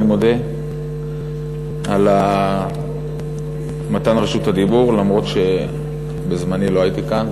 אני מודה על מתן רשות הדיבור אף-על-פי שבזמני לא הייתי כאן,